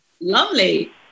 Lovely